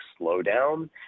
slowdown